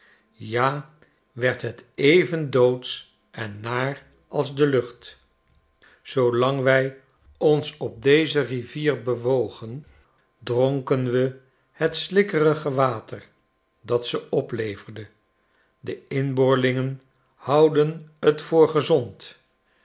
ja werd het even doodsch en naar als de lucht zoolang wij ons op deze rivier bewogen dronken we het slikkerige water dat ze opleverde de inboorlingen houden t voor gezond